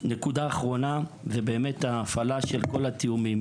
נקודה אחרונה זה ההפעלה של כל התיאומים,